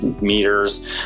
meters